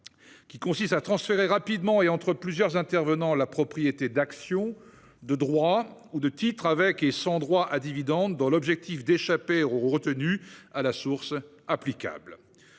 qui consiste à transférer rapidement et entre plusieurs intervenants la propriété d'actions, de droits ou de titres avec et sans droits à dividendes dans l'objectif d'échapper aux retenues à la source applicables.